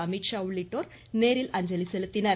அமீத்ஷா உள்ளிட்டோர் நேரில் அஞ்சலி செலுத்தினர்